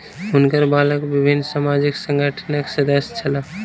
हुनकर बालक विभिन्न सामाजिक संगठनक सदस्य छला